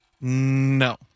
No